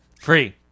free